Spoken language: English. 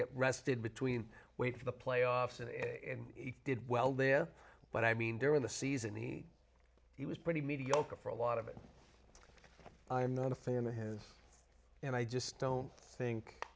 get rested between wait for the playoffs and did well there but i mean during the season he he was pretty mediocre for a lot of it i'm not a fan of his and i just don't think